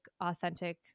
authentic